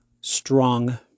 strong